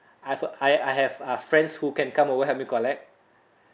I have a I I have uh friends who can come over help me collect